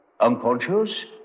unconscious